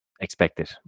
Expected